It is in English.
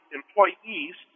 employees